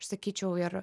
sakyčiau ir